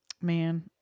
Man